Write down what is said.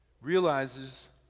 realizes